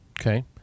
Okay